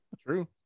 True